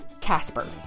Casper